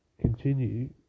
continue